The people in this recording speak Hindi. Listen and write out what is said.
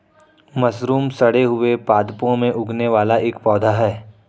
मशरूम सड़े हुए पादपों में उगने वाला एक पौधा है